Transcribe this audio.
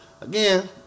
Again